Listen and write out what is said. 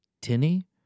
Tinny